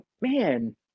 man